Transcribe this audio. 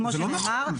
כמו שנאמר,